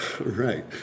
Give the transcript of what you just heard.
Right